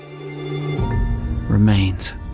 remains